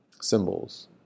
symbols